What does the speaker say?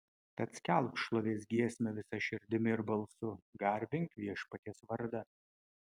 tad skelbk šlovės giesmę visa širdimi ir balsu garbink viešpaties vardą